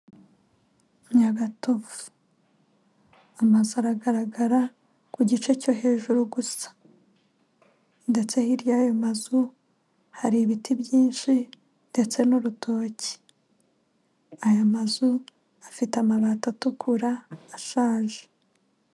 Nyagatovu, amazu aragaragara ku cyo hejuru gusa. Ndetse hirya y'ayo mazu, hari ibiti byinshi ndetse n'urutoki, aya mazu afite amabati atukura ashaje.